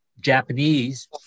Japanese